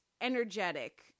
energetic